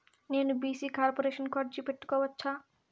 నేను BC corporation కు అర్జీ పెట్టుకోవచ్చా?